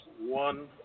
one